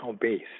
base